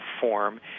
form